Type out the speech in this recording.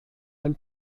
ein